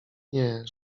nie